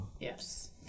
Yes